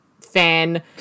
fan